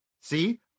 see